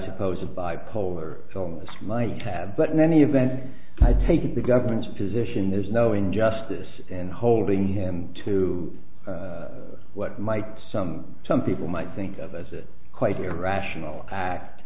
suppose of bipolar illness might have but in any event i take the government's position there's no injustice and holding him to what might some some people might think of as it quite irrational act